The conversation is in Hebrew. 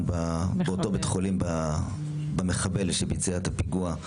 באותו בית חולים במחבל שביצע את הפיגוע.